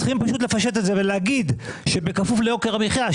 צריך לפשט את זה ולהגיד שבכפוף ליוקר המחיה,